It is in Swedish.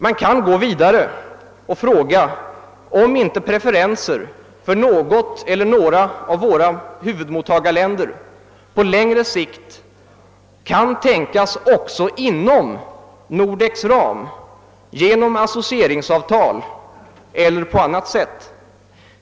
Man kan gå vidare och fråga om inte preferenser för något eller några av våra huvudmottagarländer på längre sikt kan tänkas också inom Nordeks ram genom associeringsavtal eller på annat sätt.